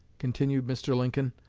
continued mr. lincoln,